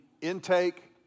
intake